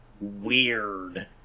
weird